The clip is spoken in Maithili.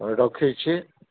रखैत छी